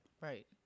Right